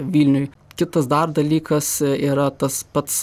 vilniuj kitas dar dalykas yra tas pats